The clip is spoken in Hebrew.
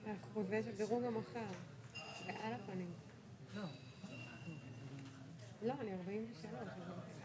אני מבין שיש הרבה שרוצים להתייחס,